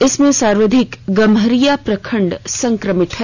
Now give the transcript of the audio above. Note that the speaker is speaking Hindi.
इसमें सर्वाधिक गम्हरिया प्रखंड संक्रमित हैं